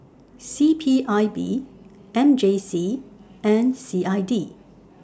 C P I B M J C and C I D